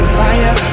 fire